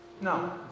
No